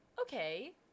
okay